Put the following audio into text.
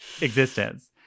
existence